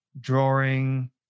drawing